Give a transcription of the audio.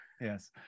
Yes